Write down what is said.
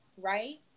right